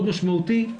מאוד משמעותי.